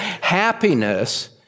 happiness